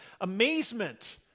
amazement